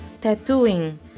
tattooing